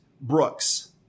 Brooks